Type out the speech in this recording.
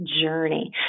journey